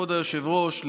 כבוד היושב-ראש,